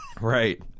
Right